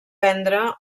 prendre